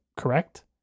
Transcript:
correct